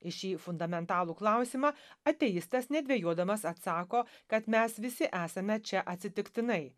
šį fundamentalų klausimą ateistas nedvejodamas atsako kad mes visi esame čia atsitiktinai